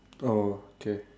oh okay